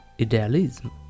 Idealism